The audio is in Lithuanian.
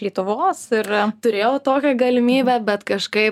lietuvos ir turėjau tokią galimybę bet kažkaip